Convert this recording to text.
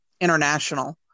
international